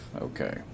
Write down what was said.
Okay